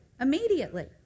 immediately